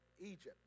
Egypt